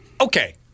Okay